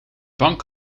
bank